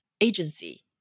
agency